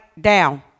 down